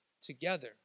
together